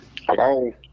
Hello